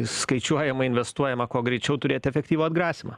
skaičiuojama investuojama kuo greičiau turėt efektyvų atgrasymą